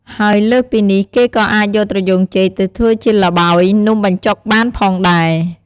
ហើយលើសពីនេះគេក៏អាចយកត្រយូងចេកទៅធ្វើជាល្បោយនំបញ្ចុកបានផងដែរ។